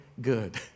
good